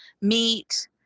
meat